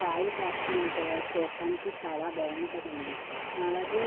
కాయలు కాస్తూ ఉంటే చూడడానికి చాలా బాగుంటుందండి అలాగే